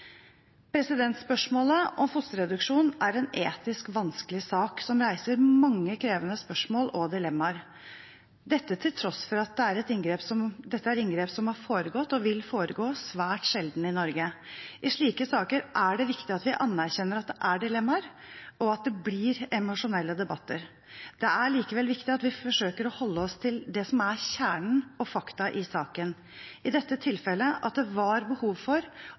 Spørsmålet om fosterreduksjon er en etisk vanskelig sak som reiser mange krevende spørsmål og dilemmaer – til tross for at dette er inngrep som har foregått og vil foregå svært sjelden i Norge. I slike saker er det viktig at vi anerkjenner at det er dilemmaer, og at det blir emosjonelle debatter. Det er likevel viktig at vi forsøker å holde oss til det som er kjernen og fakta i saken, i dette tilfellet at det var behov for